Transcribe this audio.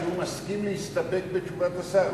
שהוא מסכים להסתפק בתשובת השר,